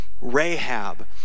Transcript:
Rahab